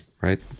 right